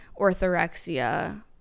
orthorexia